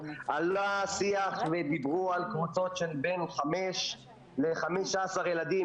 עלה השיח ודיברו על קבוצות של בין חמש ל-15 ילדים.